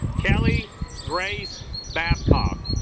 kelly grace babcock